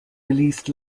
released